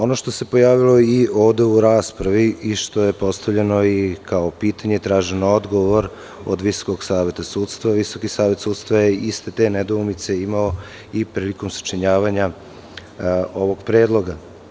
Ono što se pojavilo i ovde u raspravi i što je postavljeno kao pitanje i tražen je odgovor od Visokog saveta sudstva, Visoki savet sudstva je iste te nedoumice imao i prilikom sačinjavanja ovog predloga.